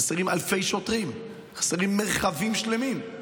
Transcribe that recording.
חסרים אלפי שוטרים, חסרים מרחבים שלמים.